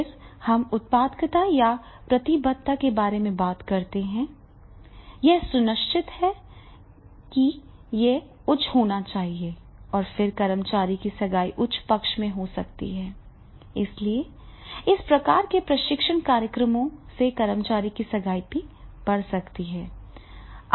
फिर हम उत्पादकता या प्रतिबद्धता के बारे में बात करते हैं यह सुनिश्चित है कि यह उच्च होना चाहिए और फिर कर्मचारी की सगाई उच्च पक्ष में हो सकती है इसलिए इस प्रकार के प्रशिक्षण कार्यक्रमों से कर्मचारी की सगाई भी बढ़ सकती है